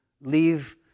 leave